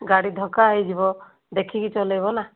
ଗାଡ଼ି ଧକ୍କା ହୋଇଯିବ ଦେଖିକି ଚଲାଇବ ନା